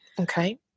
Okay